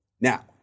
Now